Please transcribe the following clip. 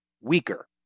weaker